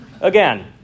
Again